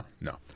No